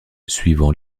suivant